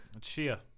Chia